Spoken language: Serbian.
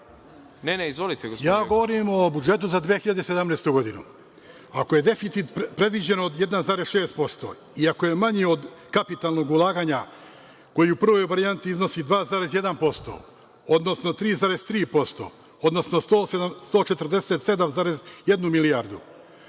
Jokić. Izvolite. **Mihailo Jokić** Ja govorim o budžetu za 2017. godinu. Ako je deficit predviđen od 1,6% i ako je manji od kapitalnog ulaganja koji u prvoj varijanti iznosi 2,1%, odnosno 3,3%, odnosno 147,1 milijardu,